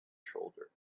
shoulder